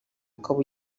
ukaba